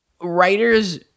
writers